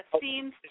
seems